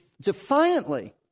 defiantly